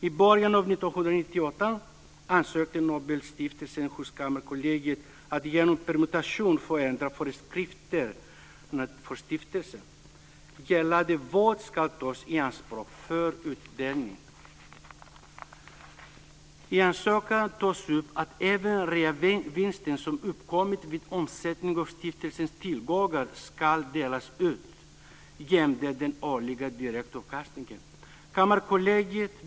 I början av 1998 ansökte Nobelstiftelsen hos Kammarkollegiet om att genom permutation få ändra föreskrifterna för stiftelsen gällande vad som ska tas i anspråk för utdelning. I ansökan tas upp att även reavinsten som uppkommit vid omsättning av stiftelsens tillgångar ska delas ut, jämte den årliga direktavkastningen.